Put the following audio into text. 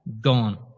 gone